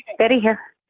betty here.